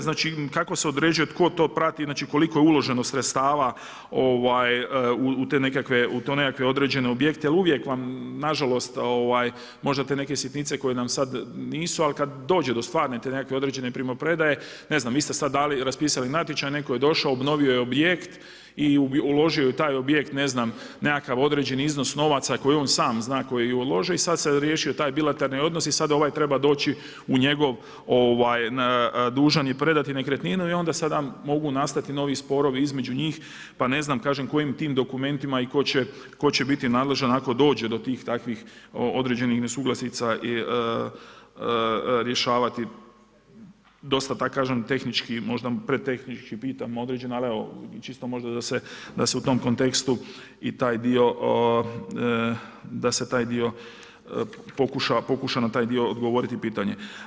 Znači, kako se određuje tko to prati, koliko je uloženo sredstva u te nekakve određene objekte jer uvijek vam nažalost, možda te neke sitnice koje nam sad nisu, ali kad dođe do stvarne te nekakve određene primopredaje ne znam, vi ste sad dali raspisali natječaj, netko je došao, obnovio je objekt i uložio je u taj objekt ne znam, nekakav određeni iznos novaca koji on sam zna koji je uložio i sad se riješio taj bilateralni odnos i sad ovaj treba doći u njegov, dužan je predati nekretninu i onda sada mogu nastati novi sporovi između njih, pa ne znam kažem, kojim tim dokumentima i tko će biti nadležan ako dođe do tih takvih određenih nesuglasica rješavati dosta da kažem, tehnički možda pretehnički pitam određena, al evo, čisto možda da se u tom kontekstu i taj dio, da se taj pokuša na taj dio odgovoriti pitanje.